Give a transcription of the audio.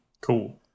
Cool